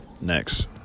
next